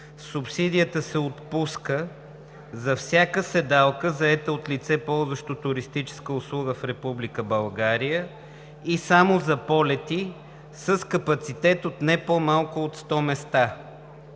„Субсидията се отпуска за всяка седалка, заета от лице, ползващо туристическа услуга в Република България, и само за полети с капацитет от не по-малко от 100 места.“